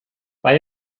bei